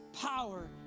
power